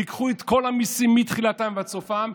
תיקחו את כל המיסים מתחילתם ועד סופם,